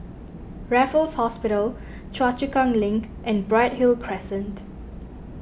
Raffles Hospital Choa Chu Kang Link and Bright Hill Crescent